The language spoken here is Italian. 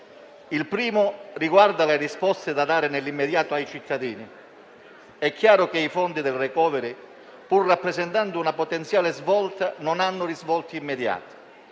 Il primo riguarda le risposte da dare nell'immediato ai cittadini. È chiaro che i fondi del *recovery*, pur rappresentando una potenziale svolta, non hanno risvolti immediati.